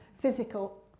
Physical